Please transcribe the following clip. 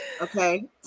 okay